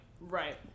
right